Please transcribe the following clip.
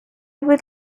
would